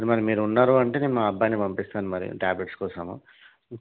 మరి మీరు ఉండరు అంటే నేను మా అబ్బాయిని పంపిస్తాను మరి ట్యాబ్లెట్స్ కోసము